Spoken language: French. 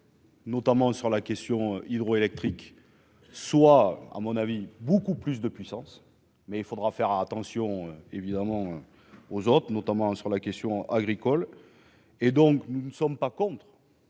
Notamment sur la question hydroélectriques soit à mon avis beaucoup plus de puissance, mais il faudra faire attention évidemment aux autres, notamment sur la question agricole et donc nous ne sommes pas contre.